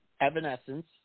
Evanescence